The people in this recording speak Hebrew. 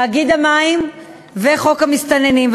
תאגיד המים וחוק המסתננים.